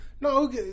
no